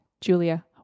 Julia